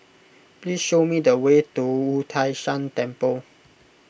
please show me the way to Wu Tai Shan Temple